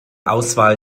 auswahl